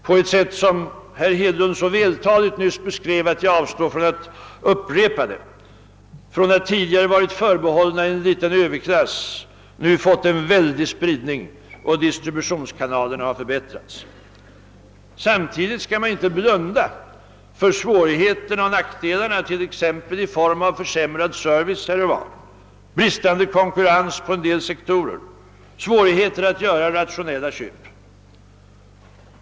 På ett sätt som herr Hedlund nyss beskrev så vältaligt, att jag avstår från att upprepa det, har konsumentkapitalvaror, från att tidigare ha varit förbehållna en liten överklass, nu fått en väldig spridning, och distributionskanalerna har förbättrats. Samtidigt skall man inte blunda för svårigheterna och nackdelarna, t.ex. i form av försämrad service här och var, bristande konkurrens på en del sektorer, svårigheter att göra rationella köp.